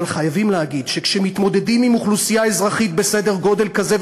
אבל חייבים להגיד שכשמתמודדים עם אוכלוסייה אזרחית בסדר גודל כזה,